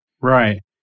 Right